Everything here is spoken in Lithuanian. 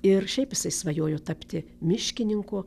ir šiaip jisai svajojo tapti miškininku